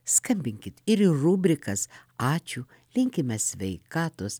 skambinkit ir į rubrikas ačiū linkime sveikatos